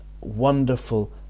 wonderful